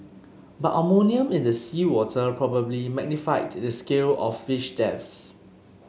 but ammonia in the seawater probably magnified the scale of fish deaths